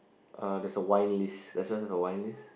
uh there's a wine list does yours have a wine list